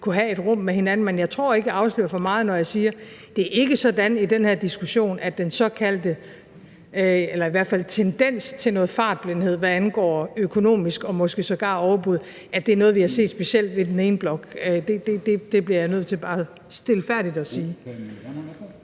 kunne have et frirum med hinanden, men jeg tror ikke, at jeg afslører for meget, når jeg siger: Det er ikke sådan i den her diskussion, at den her såkaldte eller i hvert fald tendens til noget fartblindhed, hvad angår det økonomiske, og måske sågar overbud er noget, vi har set specielt ved den ene blok. Det bliver jeg bare nødt til stilfærdigt at sige.